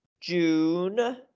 june